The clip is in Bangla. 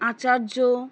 আচার্য